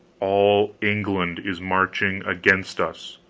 all england is marching against us!